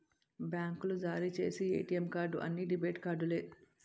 బ్యాంకులు జారీ చేసి ఏటీఎం కార్డు అన్ని డెబిట్ కార్డులే